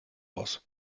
aus